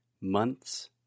months